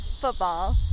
football